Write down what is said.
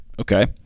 okay